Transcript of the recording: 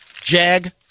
Jag